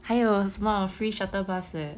还有什么 free shuttle bus 的